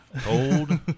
Cold